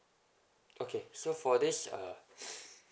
okay so for this uh